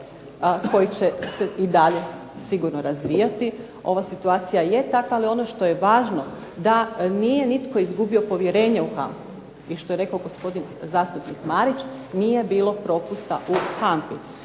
koji će se i dalje sigurno razvijati. Ova situacija je takva, ali ono što je važno da nije nitko izgubio povjerenje u HANFA-u. I što je rekao gospodin zastupnik Marić, nije bilo propusta u